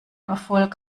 erfolg